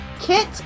Kit